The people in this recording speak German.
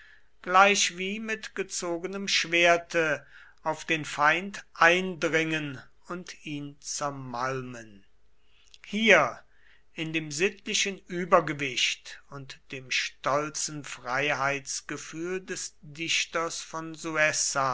gleichwie mit gezogenem schwerte auf den feind eindringen und ihn zermalmen hier in dem sittlichen übergewicht und dem stolzen freiheitsgefühl des dichters von